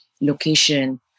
location